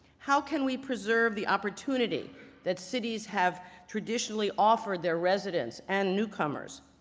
how can we preserve the opportunity that cities have traditionally offered their residents and newcomers?